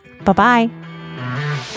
Bye-bye